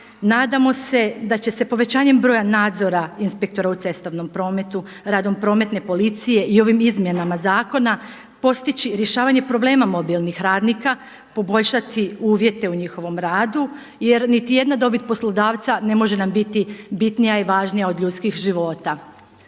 Nadamo se da će se povećanjem broja nadzora inspektora u cestovnom prometu radom prometne policije i ovim izmjenama zakona postići rješavanje problema mobilnih radnika, poboljšati uvjete u njihovom radu jer niti jedna dobit poslodavca ne može nam biti bitnija i važnija od ljudskih života.